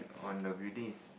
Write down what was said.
on the building is